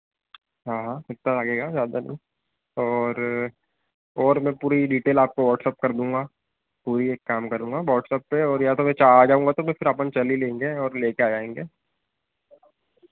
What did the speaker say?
हाँ हाँ इतना लगेगा ज़्यादा नहीं और और मैं पूरी डिटेल आपको व्हाट्सअप कर दूंगा वही एक काम करूंगा व्हाट्सअप पे और या तो मैं चला जाऊंगा तो मैं फिर अपन चल ही लेंगे और लेके आ जाएंगे